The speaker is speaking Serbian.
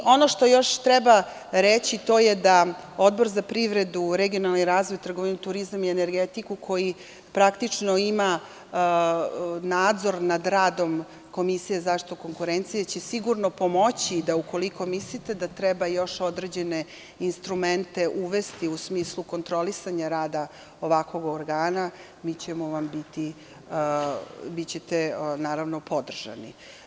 Ono što još treba reći, to je da Odbor za privredu, regionalni razvoj, trgovinu, turizam i energetiku, koji praktično ima nadzor nad radom Komisije za zaštitu konkurencije, će sigurno pomoći da, ukoliko mislite da treba još određene instrumente uvesti, u smislu kontrolisanja rada ovakvog organa, mi ćemo vas podržati.